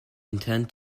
intend